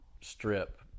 strip